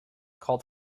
called